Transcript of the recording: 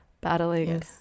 battling